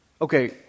Okay